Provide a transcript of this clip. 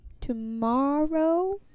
tomorrow